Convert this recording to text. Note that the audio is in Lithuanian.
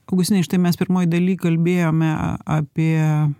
augustinai štai mes pirmoj daly kalbėjome apie